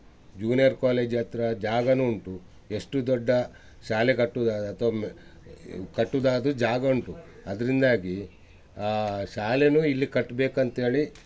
junior college ಹತ್ರ ಜಾಗನೂ ಉಂಟು ಎಷ್ಟು ದೊಡ್ಡ ಶಾಲೆ ಕಟ್ಟುದ ಅಥವ ಒಮ್ಮೆ ಕಟ್ಟುದಾದರು ಜಾಗ ಉಂಟು ಅದರಿಂದಾಗಿ ಶಾಲೆನೂ ಇಲ್ಲಿ ಕಟ್ಬೇಕಂತ್ಹೇಳಿ